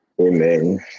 Amen